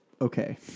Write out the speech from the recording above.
Okay